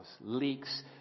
leaks